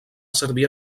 servir